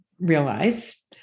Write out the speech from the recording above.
realize